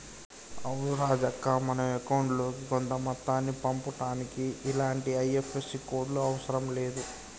అవును రాజక్క మనం అకౌంట్ లోకి కొంత మొత్తాన్ని పంపుటానికి ఇలాంటి ఐ.ఎఫ్.ఎస్.సి కోడ్లు అవసరం లేదు